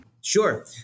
Sure